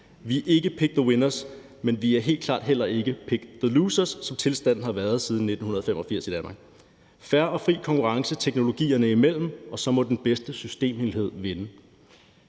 Vi er ikke pick the winners, men vi er helt klart heller ikke pick the losers, som tilstanden har været siden 1985 i Danmark. Der skal være fair og fri konkurrence teknologierne imellem, og så må den bedste systemhelhed vinde.